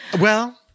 Well-